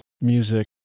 music